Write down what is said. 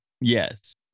Yes